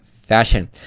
fashion